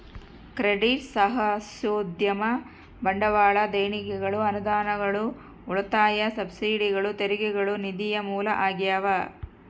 credit ಸಾಹಸೋದ್ಯಮ ಬಂಡವಾಳ ದೇಣಿಗೆಗಳು ಅನುದಾನಗಳು ಉಳಿತಾಯ ಸಬ್ಸಿಡಿಗಳು ತೆರಿಗೆಗಳು ನಿಧಿಯ ಮೂಲ ಆಗ್ಯಾವ